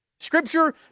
Scripture